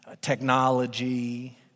technology